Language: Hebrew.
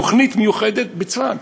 תוכנית מיוחדת בצפת.